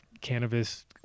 cannabis